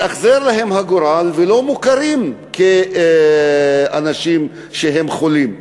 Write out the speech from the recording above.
התאכזר אליהם הגורל והם לא מוכרים כאנשים שהם חולים.